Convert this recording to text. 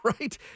right